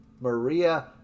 Maria